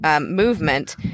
movement